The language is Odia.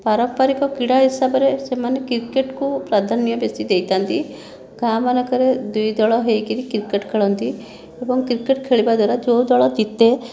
ପାରମ୍ପରିକ କ୍ରୀଡ଼ା ହିସାବରେ ସେମାନେ କ୍ରିକେଟ୍କୁ ପ୍ରାଧାନ୍ୟ ବେଶି ଦେଇଥାନ୍ତି ଗାଁମାନଙ୍କରେ ଦୁଇ ଦଳ ହୋଇକରି କ୍ରିକେଟ୍ ଖେଳନ୍ତି ଏବଂ କ୍ରିକେଟ୍ ଖେଳିବା ଦ୍ୱାରା ଯେଉଁ ଦଳ ଜିତେ